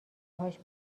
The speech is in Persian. هاش